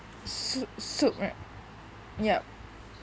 so~ soup right yup